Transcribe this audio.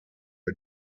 who